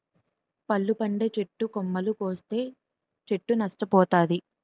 పళ్ళు పండే చెట్టు కొమ్మలు కోస్తే చెట్టు నష్ట పోతాది